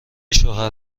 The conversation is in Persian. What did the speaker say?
شوهر